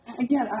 again